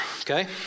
okay